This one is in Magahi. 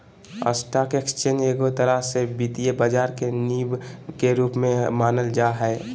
स्टाक एक्स्चेंज एगो तरह से वित्तीय बाजार के नींव के रूप मे मानल जा हय